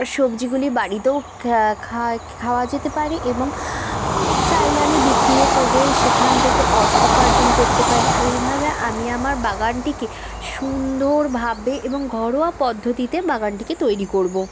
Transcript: সবজিগুলি বাড়িতেও খাওয়া যেতে পারে এবং চাইলে আমি বিক্রিও করে সেখান থেকে অর্থ উপার্জন করতে পারি এইভাবে আমি আমার বাগানটিকে সুন্দরভাবে এবং ঘরোয়া পদ্ধতিতে বাগানটিকে তৈরি করব